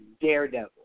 Daredevil